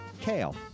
kale